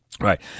Right